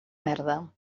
merda